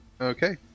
Okay